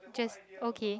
just okay